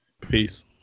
Peace